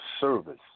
service